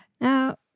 Now